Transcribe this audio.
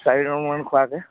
চাৰি নংমান খোৱাকৈ